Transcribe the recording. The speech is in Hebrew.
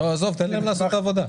עזוב, תן להם לעשות את העבודה.